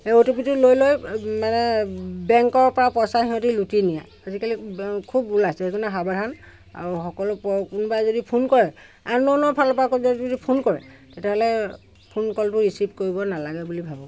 সেই O T পিটো লৈ লৈ মানে বেংকৰ পৰা পইচা সিহঁতে লুতি নিয়ে আজিকালি খুব ওলাইছে সেইকাৰণে সাৱধান আৰু সকলো কোনোবাই যদি ফোন কৰে আনন'নৰ ফালৰপৰা যদি ফোন কৰে তেতিয়াহ'লে ফোনকলবোৰ ৰিচিভ কৰিব নালাগে বুলি ভাবোঁ মই